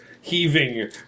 heaving